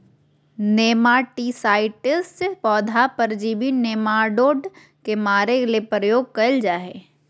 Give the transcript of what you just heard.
nematicides पौधा परजीवी nematode के मारे ले प्रयोग कयल जा हइ